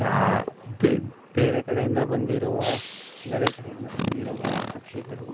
ಯಾವ ಬೇರೆ ಕಡೆಯಿಂದ ಬಂದಿರುವ ಬೇರೆ ಕಡೆಯಿಂದ ಬಂದಿರುವ ಪಕ್ಷಿಗಳು